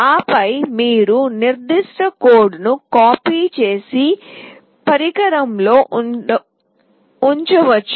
ఆపై మీరు నిర్దిష్ట కోడ్ను కాపీ చేసి పరికరంలో ఉంచవచ్చు